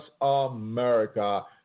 America